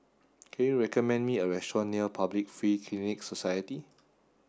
can you recommend me a restaurant near Public Free Clinic Society